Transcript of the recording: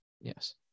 Yes